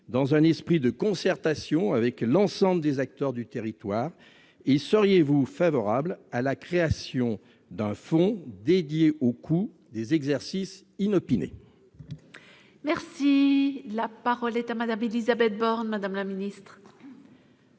dans un esprit de concertation avec l'ensemble des acteurs du territoire ? Seriez-vous favorable à la création d'un fonds dédié aux coûts des exercices inopinés ? La parole est à Mme la ministre.